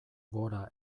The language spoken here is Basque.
gora